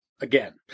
again